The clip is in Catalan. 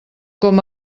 com